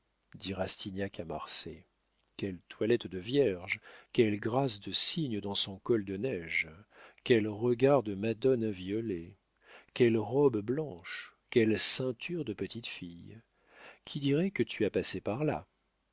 dit rastignac à marsay quelle toilette de vierge quelle grâce de cygne dans son col de neige quels regards de madone inviolée quelle robe blanche quelle ceinture de petite fille qui dirait que tu as passé par là